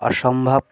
অসম্ভব